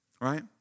Right